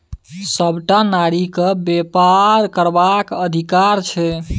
सभटा नारीकेँ बेपार करबाक अधिकार छै